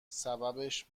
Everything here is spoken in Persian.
سببش